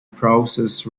process